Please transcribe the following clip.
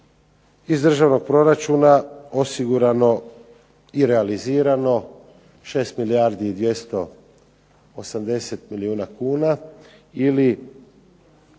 iz državnog proračuna osigurano i realizirano 6 milijardi 280 milijuna kuna ili